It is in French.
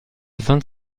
vingt